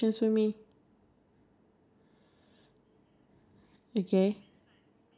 oh ya I think I see some YouTube videos they can draw some interesting stuff